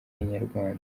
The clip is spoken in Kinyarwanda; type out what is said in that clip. inyarwanda